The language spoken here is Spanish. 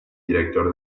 director